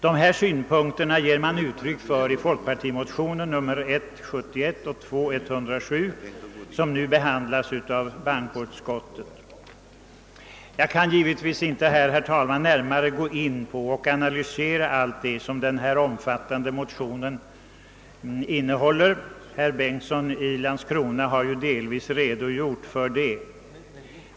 Dessa synpunkter uttryckes i folkpartimotionerna I:71 och II:107, som behandlas i bankoutskottets utlåtande nr 29. Jag kan givetvis inte här, herr talman, närmare gå in på och analysera allt det som detta omfattande motionspar innehåller. Herr Bengtsson i Landskrona har ju delvis redogjort för det.